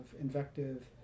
invective